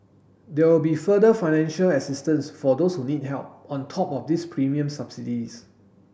there will be further financial assistance for those who need help on top of these premium subsidies